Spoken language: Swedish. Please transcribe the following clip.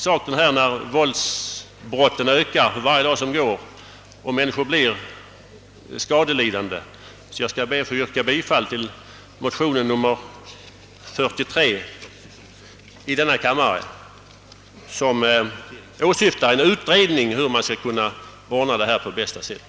Dessa våldsbrott, som ökar för var dag som går, med människor som blir skadelidande, är en så allvarlig sak, att jag ber att få yrka bifall till motionen nr 43 i denna kammare, vilken syftar till en utredning om hur detta skall ordnas på bästa sätt.